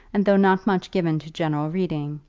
and though not much given to general reading,